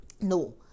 No